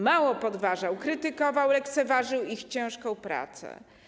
Mało poważał, krytykował i lekceważył ich ciężką pracę.